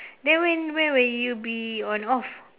then when when will you be on off